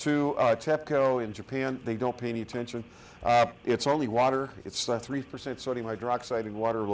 tepco in japan they don't pay any attention it's only water it's three percent saudi my drug citing water